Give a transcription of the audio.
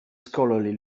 scholarly